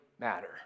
matter